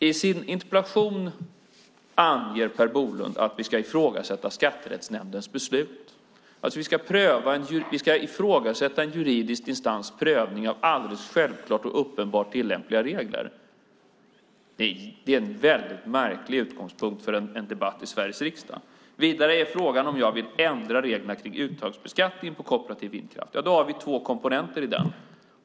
I sin interpellation anger Per Bolund att vi ska ifrågasätta Skatterättsnämndens beslut, alltså att vi ska ifrågasätta en juridisk instans prövning av alldeles självklart och uppenbart tillämpliga regler. Det är en väldigt märklig utgångspunkt för en debatt i Sveriges riksdag. Vidare är frågan om jag vill ändra reglerna kring uttagsbeskattningen på kooperativ vindkraft. Då har vi två komponenter i den.